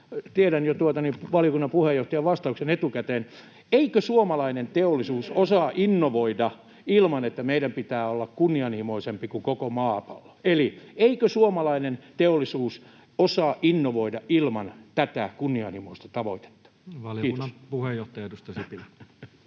tiedän jo valiokunnan puheenjohtajan vastauksen etukäteen — [Jari Myllykoski: Miksi kyselet?] eikö suomalainen teollisuus osaa innovoida ilman, että meidän pitää olla kunnianhimoisempi kuin koko maapallo. Eli eikö suomalainen teollisuus osaa innovoida ilman tätä kunnianhimoista tavoitetta? — Kiitos. [Speech 343] Speaker: